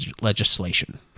legislation